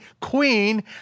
queen